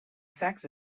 sex